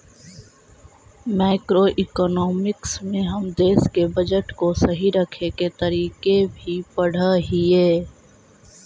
macroeconomics में हम देश के बजट को सही रखे के तरीके भी पढ़अ हियई